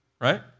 right